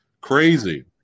Crazy